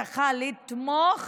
לתמוך,